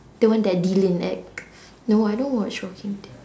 the one that dylan act no I don't watch walking dead